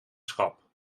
schap